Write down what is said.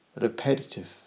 repetitive